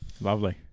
Lovely